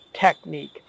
technique